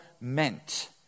meant